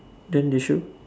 then the shoe